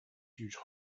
huge